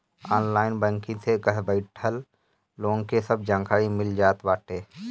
online banking से घर बइठल लोन के सब जानकारी मिल जात बाटे